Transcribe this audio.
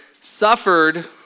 suffered